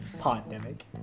Pandemic